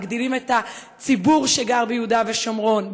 מגדילים את הציבור שגר ביהודה ושומרון,